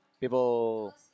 people